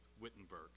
Wittenberg